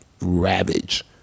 ravage